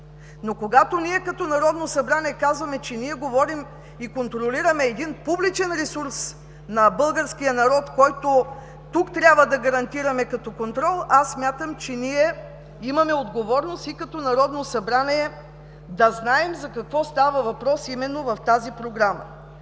Но когато ние, като Народно събрание, казваме, че ние говорим и контролираме публичен ресурс на българския народ, който тук трябва да гарантираме като контрол, смятам, че имаме отговорност и като Народно събрание да знаем за какво става въпрос именно в тази Програма.